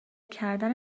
کردن